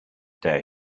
day